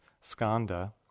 skanda